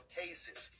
cases